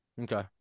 Okay